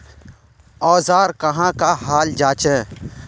औजार कहाँ का हाल जांचें?